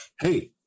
hey